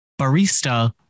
Barista